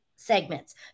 segments